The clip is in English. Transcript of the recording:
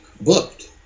booked